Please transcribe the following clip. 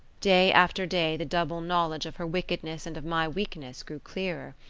day after day the double knowledge of her wickedness and of my weakness grew clearer.